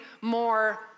more